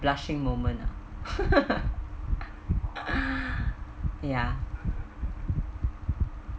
blushing moment ah ya